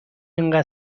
انقدر